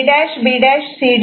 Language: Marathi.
तर Y E'